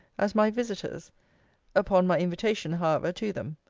as my visiters upon my invitation, however, to them.